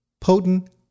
potent